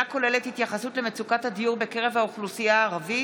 כוללת התייחסות למצוקת הדיור בקרב האוכלוסייה הערבית,